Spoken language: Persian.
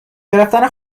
گرفتن